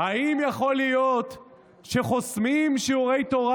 האם יכול להיות שחוסמים שיעורי תורה